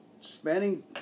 spending